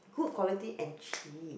good quality and cheap